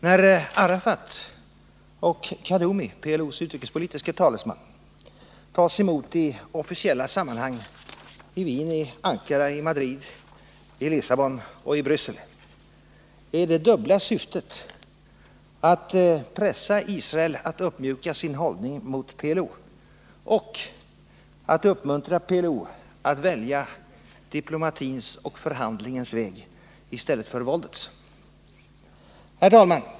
När Arafat och Kadoumi— PLO:s utrikespolitiske talesman — tas emot i officiella sammanhang i Wien, i Ankara, i Madrid, i Lissabon och i Bryssel är det dubbla syftet att pressa Israel att uppmjuka sin hållning mot PLO och att uppmuntra PLO att välja diplomatins och förhandlingens väg i stället för våldets. Herr talman!